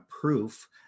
proof